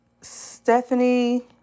Stephanie